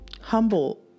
humble